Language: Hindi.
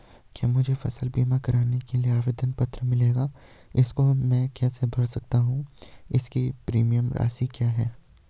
क्या मुझे फसल बीमा करवाने के लिए आवेदन पत्र मिलेगा इसको मैं कैसे भर सकता हूँ इसकी प्रीमियम राशि क्या है?